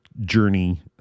journey